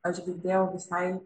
aš girdėjau visai